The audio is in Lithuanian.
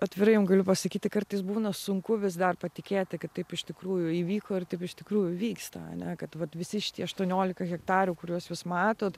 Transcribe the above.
atvirai jum galiu pasakyti kartais būna sunku vis dar patikėti kad taip iš tikrųjų įvyko ir taip iš tikrųjų vyksta ane kad vat visi šitie aštuoniolika hektarų kuriuos jūs matot